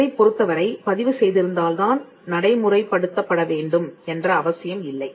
இதைப் பொறுத்தவரை பதிவு செய்திருந்தால் தான் நடைமுறைப்படுத்தப்பட முடியும் என்ற அவசியமில்லை